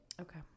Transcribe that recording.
okay